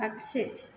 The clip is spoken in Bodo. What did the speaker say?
आगसि